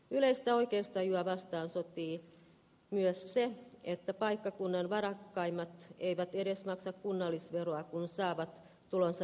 yleistä oikeustajua vastaan sotii myös se että paikkakunnan varakkaimmat eivät edes maksa kunnallisveroa kun saavat tulonsa